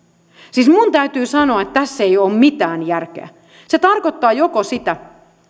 siis minun täytyy sanoa että tässä ei ole mitään järkeä se tarkoittaa joko sitä